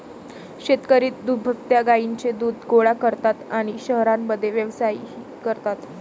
शेतकरी दुभत्या गायींचे दूध गोळा करतात आणि शहरांमध्ये व्यवसायही करतात